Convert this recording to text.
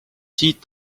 siit